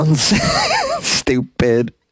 Stupid